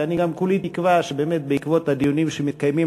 ואני גם כולי תקווה שבעקבות הדיונים שמתקיימים